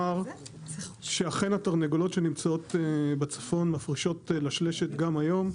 אכן התרנגולות שנמצאות בצפון מפרישות לשלשלת גם היום.